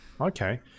okay